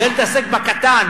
זה להתעסק בקטן,